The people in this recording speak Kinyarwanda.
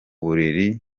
buriri